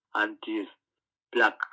anti-black